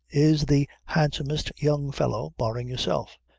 is the handsomest young fellow, barring yourself,